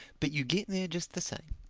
but you get there just the same.